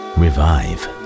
revive